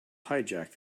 hijack